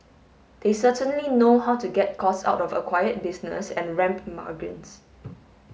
they certainly know how to get costs out of acquired business and ramp margins